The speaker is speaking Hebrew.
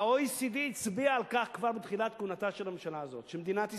ה-OECD הצביע כבר בתחילת כהונתה של הממשלה הזאת על כך שמדינת ישראל,